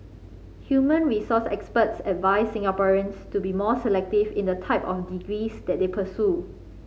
human resource experts advised Singaporeans to be more selective in the type of degrees that they pursue